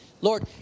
Lord